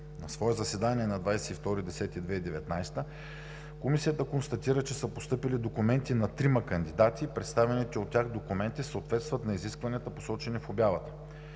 На свое заседание на 22 октомври 2019 г. комисията констатира, че са постъпили документи на трима кандидати и представените от тях документи съответстват на изискванията, посочени в обявата.